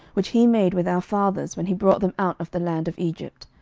which he made with our fathers, when he brought them out of the land of egypt.